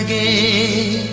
ah a